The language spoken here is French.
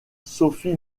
sophie